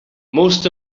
most